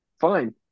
Fine